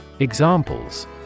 Examples